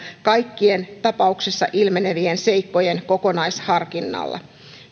kaikkien tapauksessa ilmenevien seikkojen kokonaisharkinnalla